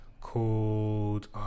called